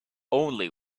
only